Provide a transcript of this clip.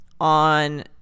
on